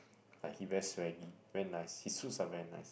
like he very swaggy very nice his suits are very nice